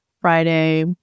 Friday